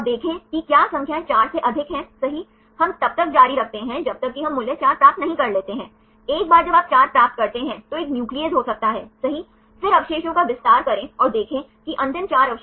तो आप प्लेन्स के समीकरण को प्राप्त कर सकते हैं और फिर इन समीकरणों का उपयोग कर सकते हैं कि डायहेड्रल कोणों को प्राप्त करने के लिए यह बहुत सरल है